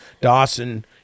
Dawson